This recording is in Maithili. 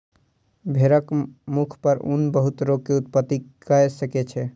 भेड़क मुख पर ऊन बहुत रोग के उत्पत्ति कय सकै छै